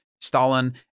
Stalin